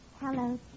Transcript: hello